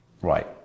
right